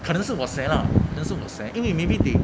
可能是我 sei lah 等是我 sei 因为 maybe they